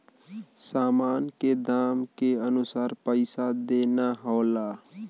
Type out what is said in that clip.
सामान के दाम के अनुसार पइसा देना होला